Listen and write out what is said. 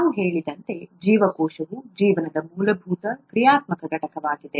ನಾವು ಹೇಳಿದಂತೆ ಜೀವಕೋಶವು ಜೀವನದ ಮೂಲಭೂತ ಕ್ರಿಯಾತ್ಮಕ ಘಟಕವಾಗಿದೆ